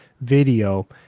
video